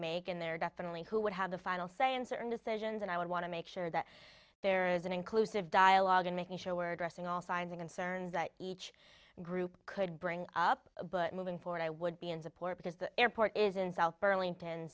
make and there definitely who would have the final say in certain decisions and i would want to make sure that there is an inclusive dialogue in making sure we're addressing all signed the concerns that each group could bring up but moving forward i would be in support because the airport is in south burlington